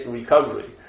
recovery